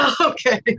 Okay